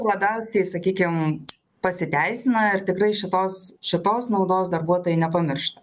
labiausiai sakykim pasiteisina ir tikrai šitos šitos naudos darbuotojai nepamiršta